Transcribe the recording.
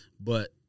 But-